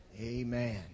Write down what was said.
Amen